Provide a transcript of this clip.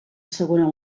segona